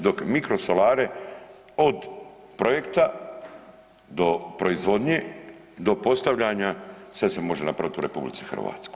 Dok mikrosolare od projekta do proizvodnje, do postavljanja sve se može napraviti u RH.